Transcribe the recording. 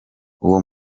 uwo